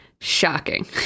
Shocking